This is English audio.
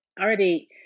already